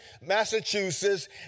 Massachusetts